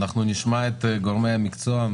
נשמע את גורמי המקצוע.